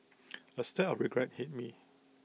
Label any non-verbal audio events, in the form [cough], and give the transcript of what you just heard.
[noise] A stab of regret hit me